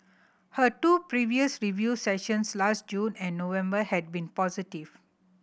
her two previous review sessions last June and November had been positive